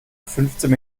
fünfzehn